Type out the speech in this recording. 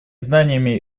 знаниями